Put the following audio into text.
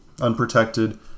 unprotected